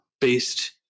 based